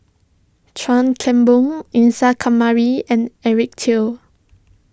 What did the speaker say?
Chuan Keng Boon Isa Kamari and Eric Teo